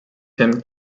him